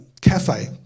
cafe